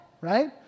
right